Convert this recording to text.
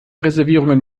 reservierungen